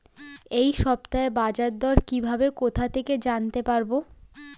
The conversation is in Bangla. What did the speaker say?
এই সপ্তাহের বাজারদর কিভাবে কোথা থেকে জানতে পারবো?